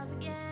again